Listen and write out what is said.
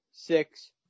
Six